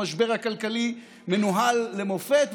המשבר הכלכלי מנוהל למופת.